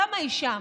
למה היא שם?